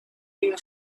این